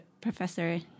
professor